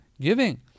giving